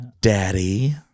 Daddy